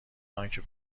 آنکه